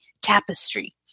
Tapestry